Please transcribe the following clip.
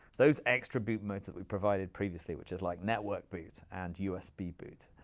those extra boot modes that we provided previously, which is like network boot, and usb boot,